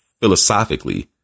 philosophically